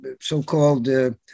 so-called